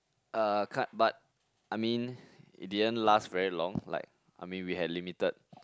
uh kind but I mean it didn't last very long like I mean we had limited